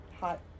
Hot